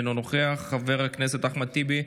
אינו נוכח, חבר הכנסת אחמד טיבי,